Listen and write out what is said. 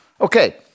Okay